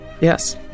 Yes